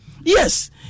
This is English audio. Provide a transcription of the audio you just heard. Yes